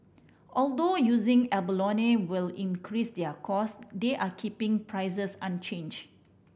although using abalone will increase their cost they are keeping prices unchange